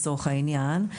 לצורך העניין,